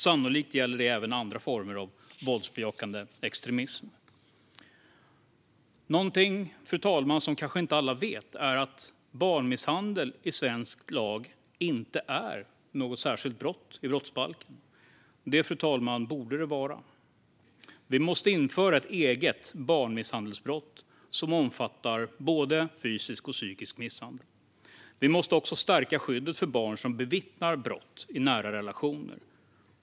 Sannolikt gäller det även andra former av våldsbejakande extremism. Något som kanske inte alla vet är att i svensk lag är barnmisshandel inte något särskilt brott i brottsbalken. Det borde det vara, fru talman. Vi måste införa ett eget barnmisshandelsbrott som omfattar både fysisk och psykisk misshandel. Vi måste också stärka skyddet för barn som bevittnar brott i nära relationer.